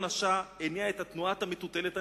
השאה הניעה את תנועת המטוטלת הנגדית: